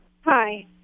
Hi